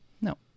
No